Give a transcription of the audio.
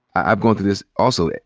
i've gone through this also.